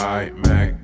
iMac